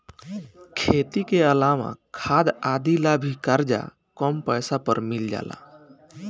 खेती के अलावा खाद आदि ला भी करजा कम पैसा पर मिल जाला